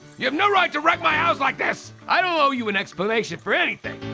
you have no right to wreck my house like this. i don't owe you an explanation for anything.